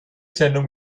sendung